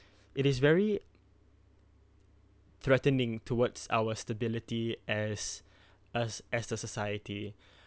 it is very threatening towards our stability as us as a society